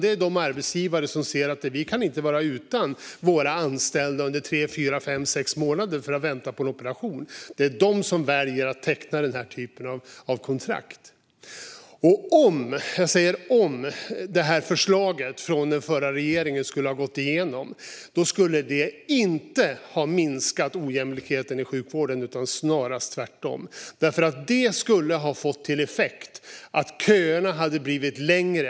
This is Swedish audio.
Det är de arbetsgivare som ser att de inte kan vara utan sina anställda under tre, fyra, fem eller sex månader i väntan på en operation. Det är de som väljer att teckna den här typen av kontrakt. Om, och jag säger om, förslaget från den förra regeringen skulle ha gått igenom skulle det inte ha minskat ojämlikheten i sjukvården utan snarare tvärtom. Det skulle ha fått till effekt att köerna hade blivit längre.